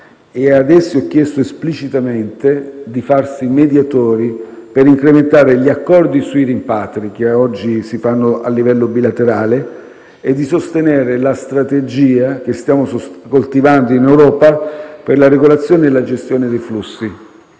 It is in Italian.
ad essi ho chiesto esplicitamente di farsi mediatori per incrementare gli accordi sui rimpatri, che oggi si fanno a livello bilaterale, e di sostenere la strategia che stiamo coltivando in Europa per la regolazione e la gestione dei flussi.